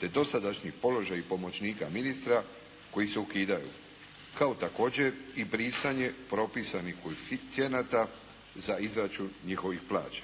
te dosadašnji položaji pomoćnika ministra koji se ukidaju kao također i brisanje propisanih koeficijenata za izračun njihovih plaća.